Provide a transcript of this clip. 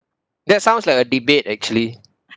that sounds like a debate actually